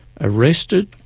arrested